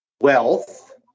wealth